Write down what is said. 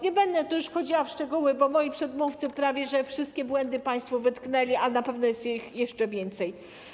Nie będę wchodziła w szczegóły, bo moi przedmówcy prawie wszystkie błędy państwu wytknęli, a na pewno jest ich jeszcze więcej.